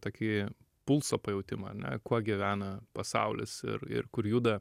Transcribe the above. tokį pulso pajautimą ane kuo gyvena pasaulis ir ir kur juda